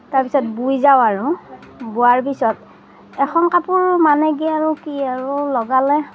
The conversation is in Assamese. তাৰপাছত বৈ যাওঁ আৰু বোৱাৰ পিছত এখন কাপোৰ মানে কি আৰু কি আৰু লগালে